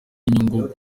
inyungu